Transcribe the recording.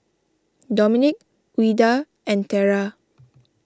Dominic Ouida and Terra